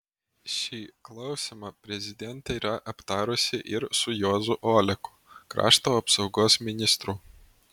šį klausimą prezidentė yra aptarusi ir su juozu oleku krašto apsaugos ministru